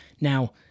Now